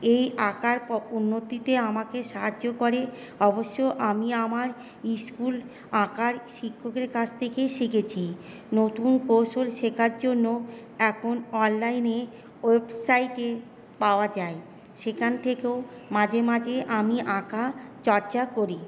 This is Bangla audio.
এই আঁকার উন্নতিতে আমাকে সাহায্য করে অবশ্য আমি আমার স্কুল আঁকার শিক্ষকের কাছ থেকেই শিখেছি নতুন কৌশল শেখার জন্য এখন অনলাইনে ওয়েবসাইটে পাওয়া যায় সেখান থেকেও মাঝে মাঝে আমি আঁকা চর্চা করি